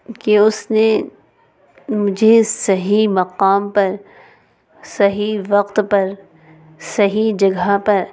کہ اس نے مجھے صحیح مقام پر صحیح وقت پر صحیح جگہ پر